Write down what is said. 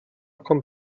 kommt